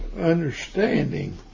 understanding